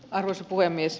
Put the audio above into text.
arvoisa puhemies